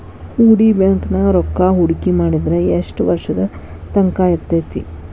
ಹೂಡಿ ಬ್ಯಾಂಕ್ ನ್ಯಾಗ್ ರೂಕ್ಕಾಹೂಡ್ಕಿ ಮಾಡಿದ್ರ ಯೆಷ್ಟ್ ವರ್ಷದ ತಂಕಾ ಇರ್ತೇತಿ?